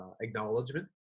acknowledgement